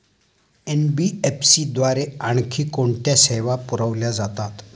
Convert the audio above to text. NBFC द्वारे आणखी कोणत्या सेवा पुरविल्या जातात?